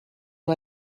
who